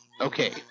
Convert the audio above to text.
okay